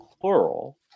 plural